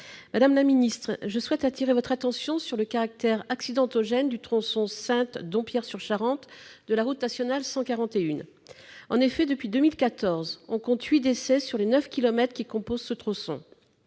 Madame la secrétaire d'État, je souhaite attirer votre attention sur le caractère accidentogène du tronçon Saintes-Dompierre-sur-Charente de la route nationale 141. En effet, depuis 2014, on compte 8 décès sur les 9 kilomètres qui composent ce tronçon.